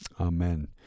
Amen